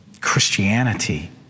Christianity